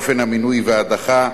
אופן המינוי וההדחה,